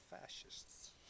fascists